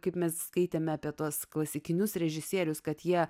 kaip mes skaitėme apie tuos klasikinius režisierius kad jie